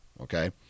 okay